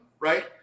Right